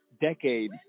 decade